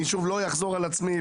אני שוב לא אחזור על עצמי,